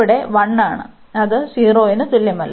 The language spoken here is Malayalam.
അത് 0 ന് തുല്യമല്ല